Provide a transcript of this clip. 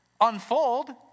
unfold